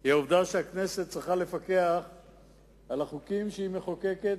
הוא העובדה שהכנסת צריכה לפקח על החוקים שהיא מחוקקת,